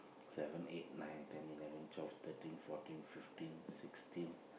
seven eight nine ten eleven twelve thirteen fourteen fifteen sixteen